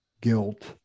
guilt